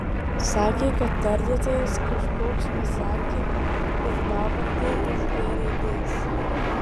sakė kad tardytojas kažkoks pasakė ir pavardę iš g raidės